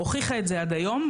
הוכיחה את זה עד היום.